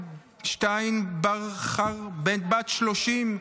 בת 30,